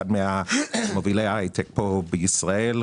אחת ממובילי ההייטק פה בישראל,